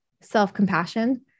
self-compassion